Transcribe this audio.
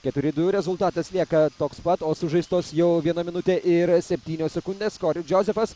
keturi du rezultatas lieka toks pat o sužaistos jau viena minutė ir septynios sekundės kori džozefas